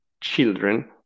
children